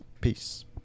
Peace